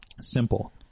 simple